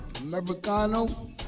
Americano